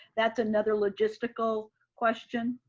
that's another logistical question?